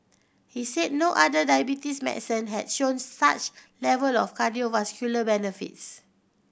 he said no other diabetes medicine had shown such level of cardiovascular benefits